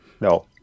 No